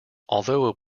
although